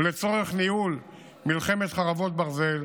ולצורך ניהול מלחמת חרבות ברזל,